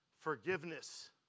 Forgiveness